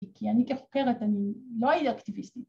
‫וכי אני כחוקרת אני לא יהיה אקטיביסטית.